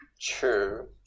True